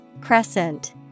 Crescent